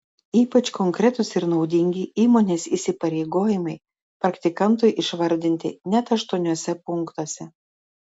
ypač konkretūs ir naudingi įmonės įsipareigojimai praktikantui išvardinti net aštuoniuose punktuose